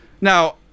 Now